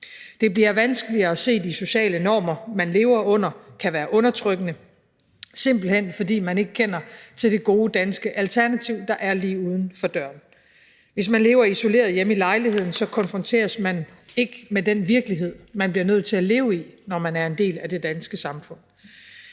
Det bliver vanskeligere at se, at de sociale normer, man lever under, kan være undertrykkende, simpelt hen fordi man ikke kender til det gode danske alternativ, der er lige uden for døren. Hvis man lever isoleret hjemme i lejligheden, konfronteres man ikke med den virkelighed, man bliver nødt til at leve i, når man er en del af det danske samfund.